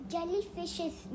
Jellyfishes